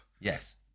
Yes